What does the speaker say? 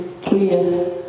clear